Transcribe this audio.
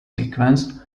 sequence